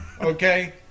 Okay